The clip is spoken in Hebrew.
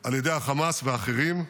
על ידי חמאס ואחרים.